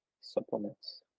supplements